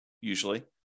usually